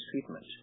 treatment